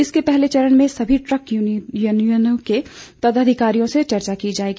इसके पहले चरण में सभी ट्रक यूनियनों के पदाधिकारियों से चर्चा की जाएगी